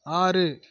ஆறு